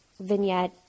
vignette